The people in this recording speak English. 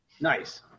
nice